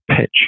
pitch